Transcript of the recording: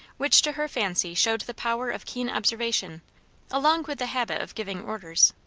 which to her fancy showed the power of keen observation along with the habit of giving orders.